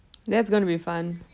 that's going to be fun